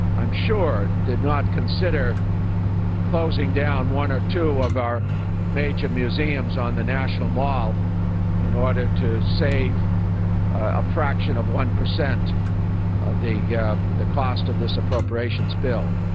i'm sure, did not consider closing down one or two of our major museums on the national mall in order to save a fraction of one percent of the yeah of the cost of this appropriations bill.